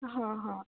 ହଁ ହଁ